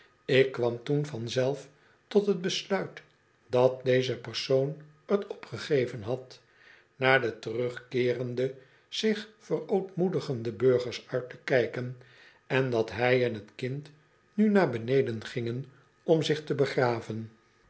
ik kwam toen vanzelf tot t besluit dat deze persoon t opgegeven had naar de terugkeerende zich verootmoedigende burgers uit te kijken en dat hij en t kind nu naar beneden gingen om zich te begraven